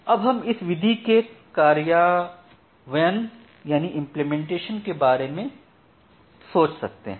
अब हम इस विधि के कार्यान्वयन के बारे में सोच सकते हैं